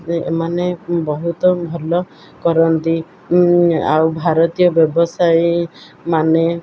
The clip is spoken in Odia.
ଏମାନେ ବହୁତ ଭଲ କରନ୍ତି ଆଉ ଭାରତୀୟ ବ୍ୟବସାୟୀ ମାନେ